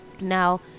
Now